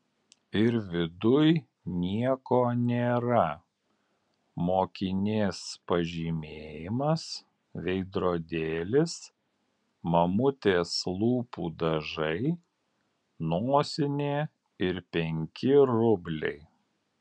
ir viduj nieko nėra mokinės pažymėjimas veidrodėlis mamutės lūpų dažai nosinė ir penki rubliai